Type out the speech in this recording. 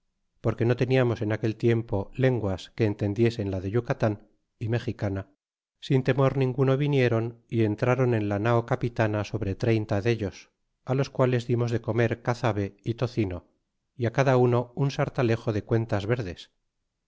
porque no teníamos en aquel tiempo lenguas que entendiesen la de yutacan y mexicana sin temor ninguno viniéron y entraron en la nao capitana sobre treinta dellos los líales dimos de comer cazabe y tocino y cada uno un sartalejo de cuentas verdes